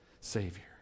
savior